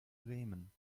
bremen